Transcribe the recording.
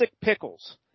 Pickles